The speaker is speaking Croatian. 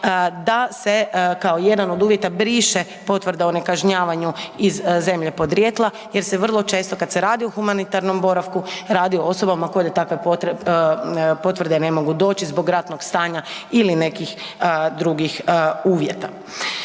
da se kao jedan od uvjeta briše potvrda o nekažnjavanju iz zemlje podrijetla jer se vrlo često kad se radi o humanitarnom boravku, radi o osobama koje do takve potvrde ne mogu doći zbog ratnog stanja ili nekih drugih uvjeta.